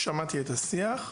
שמעתי את השיח.